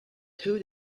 two